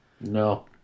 No